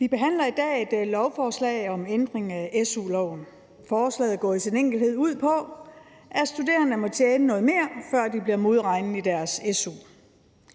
Vi behandler i dag et lovforslag om ændring af su-loven. Forslaget går i sin enkelhed ud på, at studerende må tjene noget mere, før de bliver modregnet i deres su.